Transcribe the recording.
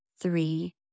three